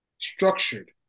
structured